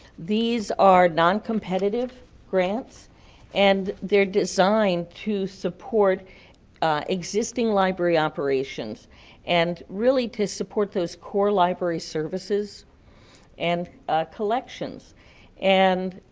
these are non competitive grants and they're designed to support existing library operations and really to support those core library services and collections and